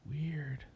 Weird